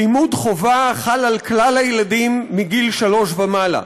לימוד חובה חל על כלל הילדים מגיל שלוש ומעלה.